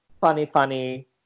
funny-funny